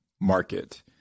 market